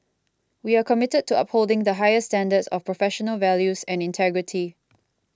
we are committed to upholding the highest standards of professional values and integrity